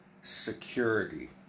security